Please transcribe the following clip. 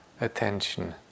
attention